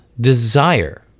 desire